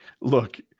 look